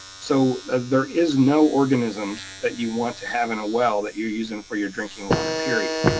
so there is no organism that you want to have in a well that you're using for your drinking water, period.